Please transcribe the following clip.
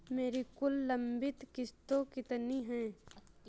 मेरी कुल लंबित किश्तों कितनी हैं?